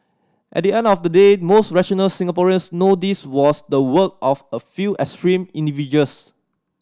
at the end of the day most rational Singaporeans know this was the work of a few extreme individuals